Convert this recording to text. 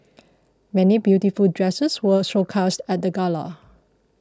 many beautiful dresses were showcased at the gala